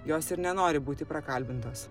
jos ir nenori būti prakalbintos